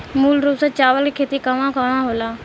मूल रूप से चावल के खेती कहवा कहा होला?